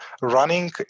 running